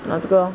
拿这个 lor